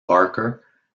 barker